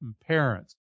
parents